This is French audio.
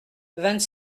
vingt